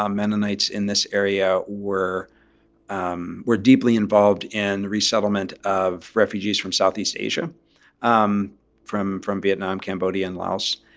um mennonites in this area were um were deeply involved in resettlement of refugees from southeast asia um from from vietnam, cambodia and laos.